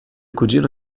cugino